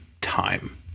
time